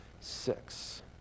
six